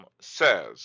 says